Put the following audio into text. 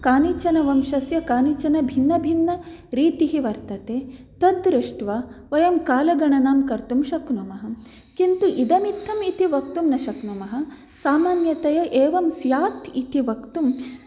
कानिचन वंशस्य कानिचन भिन्न भिन्न रीतिः वर्तते तत् दृष्ट्वा वयं कालगणनां कर्तुं शक्नुमः किन्तु इदमित्थम् इति वक्तुं न शक्नुमः सामान्यतया एवं स्यात् इति वक्तुं